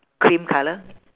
cream colour